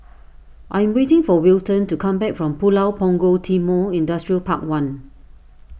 I am waiting for Wilton to come back from Pulau Punggol Timor Industrial Park one